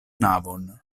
navon